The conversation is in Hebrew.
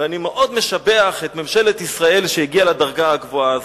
ואני מאוד משבח את ממשלת ישראל שהגיעה לדרגה הגבוהה הזאת.